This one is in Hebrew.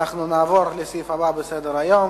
אנחנו נעבור לסעיף הבא בסדר-היום: